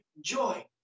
joy